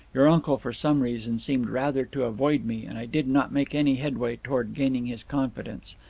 your uncle, for some reason, seemed rather to avoid me, and i did not make any headway towards gaining his confidence.